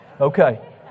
Okay